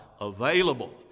available